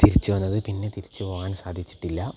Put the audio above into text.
തിരിച്ചു വന്നത് പിന്നെ തിരിച്ച് പോകാൻ സാധിച്ചിട്ടില്ല